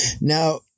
Now